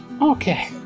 Okay